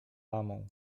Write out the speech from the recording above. lamą